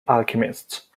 alchemists